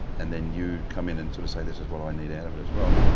and then you come in and sort of say this is what i need out of it as well.